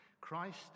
Christ